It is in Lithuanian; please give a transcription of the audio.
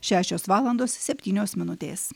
šešios valandos septynios minutės